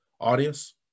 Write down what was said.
Audience